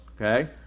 Okay